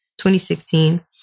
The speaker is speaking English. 2016